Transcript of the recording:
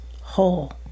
whole